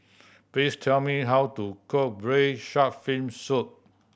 please tell me how to cook Braised Shark Fin Soup